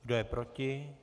Kdo je proti?